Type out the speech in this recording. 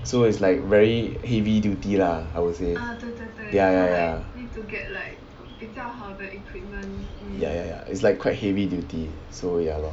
so is like very heavy duty lah I would say ya ya ya ya ya ya it's like quite heavy duty so ya lor